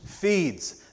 feeds